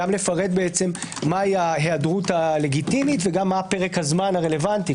לפרט מה ההיעדרות הלגיטימית ומה פרק הזמן הרלוונטי.